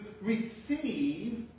receive